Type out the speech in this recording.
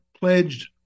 pledged